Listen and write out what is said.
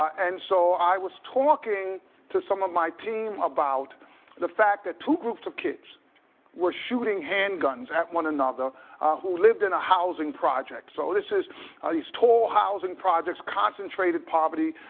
and so i was talking to some of my team about the fact that two groups of kids were shooting handguns at one another who lived in a housing project. so this is these tall housing projects, concentrated poverty.